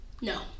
No